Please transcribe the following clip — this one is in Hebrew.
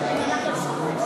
זה לא נכון.